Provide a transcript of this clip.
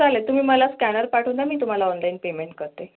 चालेल तुम्ही मला स्कॅनर पाठवून द्या मी तुम्हाला ऑनलाईन पेमेंट करते